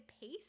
pace